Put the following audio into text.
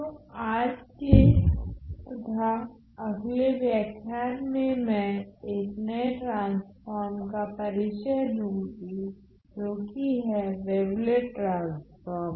तो आज के तथा अगले व्याख्यान में मैं एक नये ट्रांसफोर्म का परिचय दूँगी जो की है वेवलेट ट्रांसफोर्म